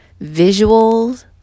visuals